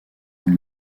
une